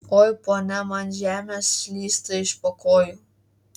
oi ponia man žemė slysta iš po kojų